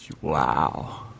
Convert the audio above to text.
Wow